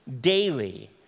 daily